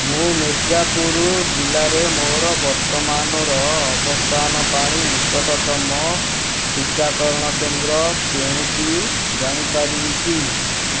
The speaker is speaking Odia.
ମୁଁ ମିର୍ଜାପୁର ଜିଲ୍ଲାରେ ମୋର ବର୍ତ୍ତମାନର ଅବସ୍ଥାନ ପାଇଁ ନିକଟତମ ଟିକାକରଣ କେନ୍ଦ୍ର କେଉଁଟି ଜାଣିପାରିବି କି